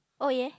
oh ya